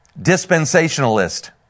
dispensationalist